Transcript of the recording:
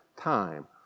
time